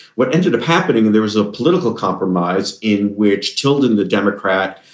what ended up happening? there was a political compromise in which children, the democrat,